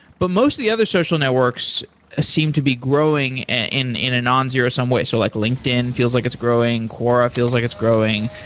but most of the other social networks ah seem to be growing in in a nonzero-sum way. so like linkedin feels like it's growing. quora feels like it's growing.